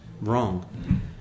wrong